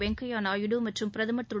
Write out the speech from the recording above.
வெங்கய்யா நாயுடு மற்றும் பிரதமா் திரு